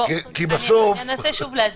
אני אנסה שוב להסביר.